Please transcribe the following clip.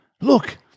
look